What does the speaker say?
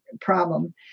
problem